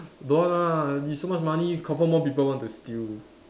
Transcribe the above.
don't want lah he so much money confirm more people want to steal